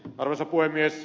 arvoisa puhemies